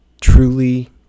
Truly